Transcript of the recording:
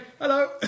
hello